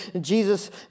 Jesus